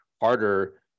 harder